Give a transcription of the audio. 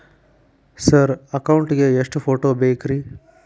Sir account ಗೇ ಎಷ್ಟು photo ಬೇಕ್ರಿ?